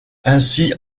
ainsi